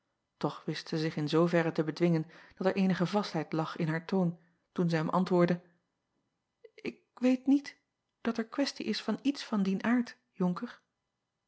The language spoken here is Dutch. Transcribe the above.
och wist zij zich in zooverre te bedwingen dat er eenige vastheid lag in haar toon toen zij hem antwoordde acob van ennep laasje evenster delen k weet niet dat er questie is van iets van dien aard onker